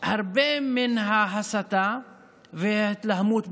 הרבה מן ההסתה וההתלהמות,